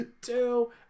Two